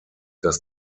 dass